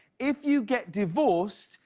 if you get divorced,